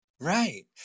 right